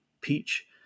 peach